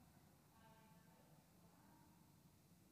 גבי,